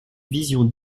vision